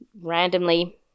randomly